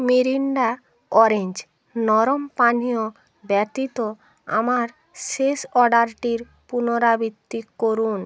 Mirinda orange নরম পানীয় ব্যতীত আমার শেষ অর্ডারটির পুনরাবৃতি করুন